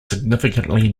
significantly